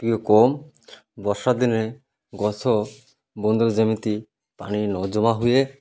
ଟିକେ କମ୍ ବର୍ଷା ଦିନେ ଗଛ ବନ୍ଧରେ ଯେମିତି ପାଣି ନ ଜମା ହୁଏ